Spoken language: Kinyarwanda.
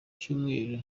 cyumweru